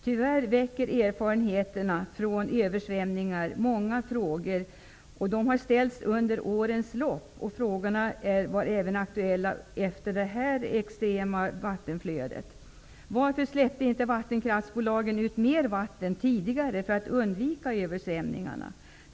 Tyvärr väcker erfarenheterna från översvämningar många frågor. De har ställts under årens lopp och var aktuella även efter detta extrema vattenflöde. Varför släppte inte vattenkraftsbolagen ut mer vatten tidigare för att undvika översvämningarna?